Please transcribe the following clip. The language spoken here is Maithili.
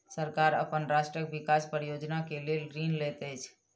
सरकार अपन राष्ट्रक विकास परियोजना के लेल ऋण लैत अछि